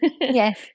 Yes